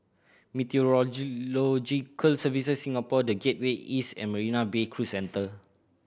Meteorological Services Singapore The Gateway East and Marina Bay Cruise Centre